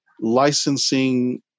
licensing